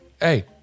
hey